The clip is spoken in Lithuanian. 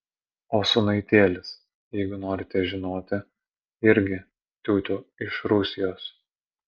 o sūnaitėlis jeigu norite žinoti irgi tiutiū iš rusijos